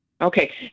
Okay